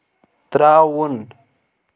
ترٛاوُن